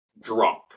drunk